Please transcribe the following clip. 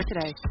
today